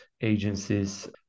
agencies